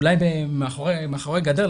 אולי מאחורי גדר,